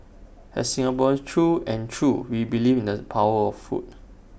as Singaporeans through and through we believe in the power of food